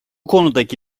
konudaki